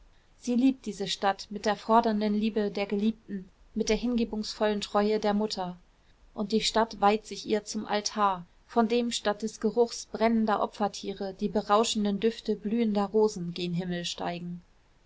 sie liebt diese stadt mit der fordernden liebe der geliebten mit der hingebungsvollen treue der mutter und die stadt weiht sich ihr zum altar von dem statt des geruchs brennender opfertiere die berauschenden düfte blühender rosen gen himmel steigen